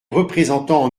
représentants